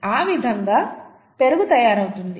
ఆ విధంగా పెరుగు తయారవుతుంది